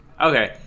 okay